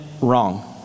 wrong